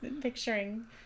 picturing